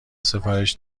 سفارش